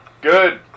good